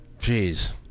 Jeez